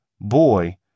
boy